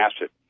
acid